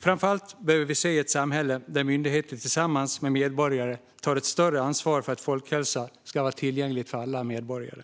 Vi behöver framför allt ett samhälle där myndigheter tillsammans med medborgare tar ett större ansvar för att folkhälsa ska vara tillgänglig för alla medborgare.